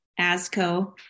ASCO